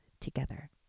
together